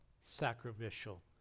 sacrificial